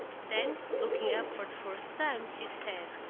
then, looking up for the first time, she said